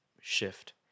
shift